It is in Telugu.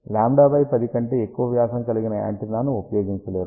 λ 10 కంటే ఎక్కువ వ్యాసము కలిగిన యాంటెన్నా ని ఉపయోగించలేరు